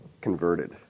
converted